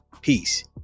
peace